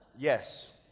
Yes